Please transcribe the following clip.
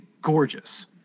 gorgeous